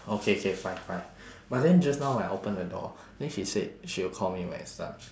okay K fine fine but then just now when I open the door then she said she will call me when it's done